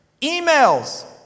Emails